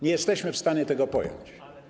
Nie jesteśmy w stanie tego pojąć.